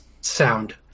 sound